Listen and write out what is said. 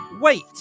Wait